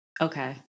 Okay